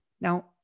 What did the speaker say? Now